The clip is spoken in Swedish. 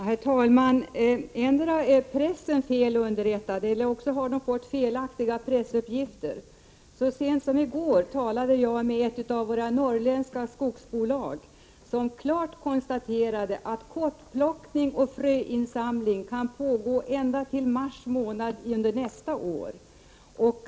Herr talman! Endera är pressen felunderrättad eller också har pressuppgifterna återgetts felaktigt. Så sent som i går talade jag med en företrädare för ett av våra norrländska skogsbolag, som klart konstaterade att kottplockning och fröinsamling kan pågå ända till mars månad nästa år.